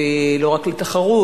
ולא רק לתחרות.